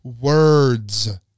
words